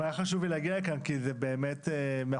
היה חשוב לי להגיע לכאן כי זה באמת מן